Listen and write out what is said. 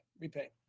Repay